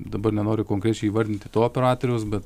dabar nenoriu konkrečiai įvardinti to operatoriaus bet